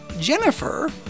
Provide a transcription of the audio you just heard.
Jennifer